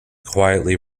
quietly